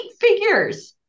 figures